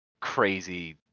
crazy